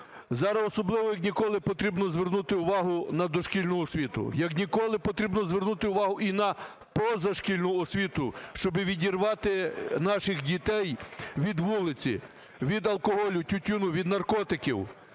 Зараз особливо, як ніколи, потрібно звернути увагу на дошкільну освіту, як ніколи потрібно звернути увагу і на позашкільну освіту, щоби відірвати наших дітей від вулиці, від алкоголю, тютюну, від наркотиків.